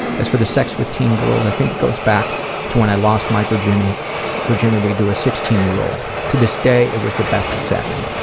as for the sex with teen girls i think it goes back to when i lost my virginity virginity to a sixteen year old. to this day it was the best sex.